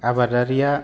आबादारिया